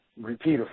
repeat